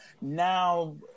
now